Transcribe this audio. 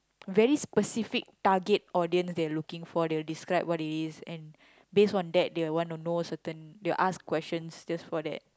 very specific target audience they're looking for they will describe what it is and based on that they will wanna know certain they will ask questions just for that